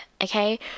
okay